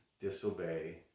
disobey